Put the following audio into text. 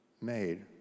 made